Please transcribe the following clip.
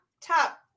top